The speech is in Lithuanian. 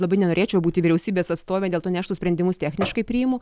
labai nenorėčiau būti vyriausybės atstovė dėl to ne aš tuos sprendimus techniškai priimu